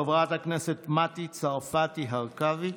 חברת הכנסת מטי צרפתי הרכבי.